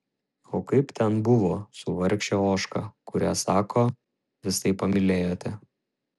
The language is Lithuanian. o kaip ten buvo su vargše ožka kurią sako visaip pamylėjote